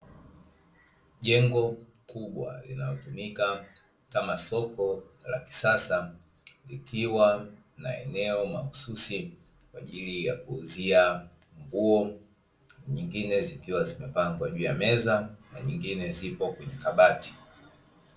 Jengo kubwa linalotumika kama soko la kisasa, likiwa na eneo mahususi kwa ajili ya kuuzia nguo, nyingine zikiwa zimepangwa juu ya meza, na nyingine zipo kwenye kabati.